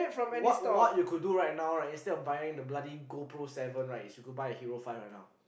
what what you could do right now right is instead of buying the bloody GoPro seven right is go buy a hero give right now